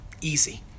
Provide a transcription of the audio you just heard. easy